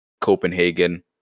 Copenhagen